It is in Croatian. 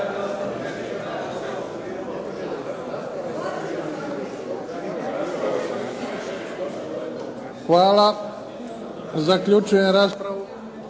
Hvala. Zaključujem raspravu.